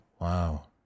Wow